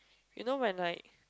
you know when like